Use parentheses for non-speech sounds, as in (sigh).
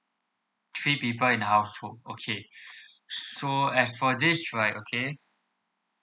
three people in the household okay (breath) so as for this right okay